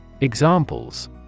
Examples